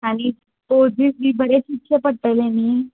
आनी पोझीस बी बरे दिवचे पडटले न्ही